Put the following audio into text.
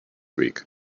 week